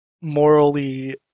morally